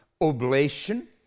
oblation